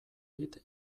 dit